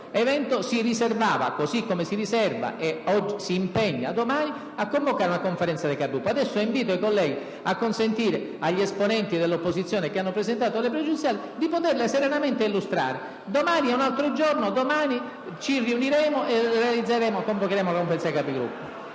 si riservava, così come si riserva e si impegna, a convocare domani una Conferenza dei Capigruppo. Adesso invito i colleghi a consentire agli esponenti dell'opposizione che hanno presentato questioni pregiudiziali di poterle serenamente illustrare. Domani è un altro giorno; domani ci riuniremo e convocheremo la Conferenza dei Capigruppo.